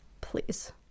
Please